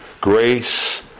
grace